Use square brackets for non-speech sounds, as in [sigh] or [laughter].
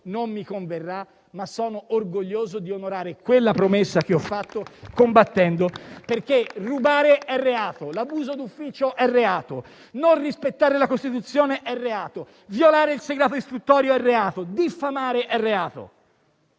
non mi converrà, ma sono orgoglioso di onorare quella promessa che ho fatto combattendo. [applause] Dico questo perché rubare è reato, l'abuso d'ufficio è reato, non rispettare la Costituzione è reato, violare il segreto istruttorio è reato, diffamare è reato,